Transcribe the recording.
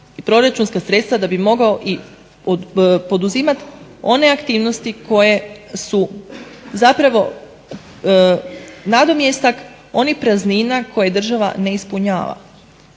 proračunska sredstva da bi mogao poduzimati one aktivnosti koje su zapravo nadomjestak onih praznina koje država ne ispunjava.